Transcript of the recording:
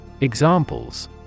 Examples